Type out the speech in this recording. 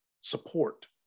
support